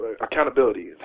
accountability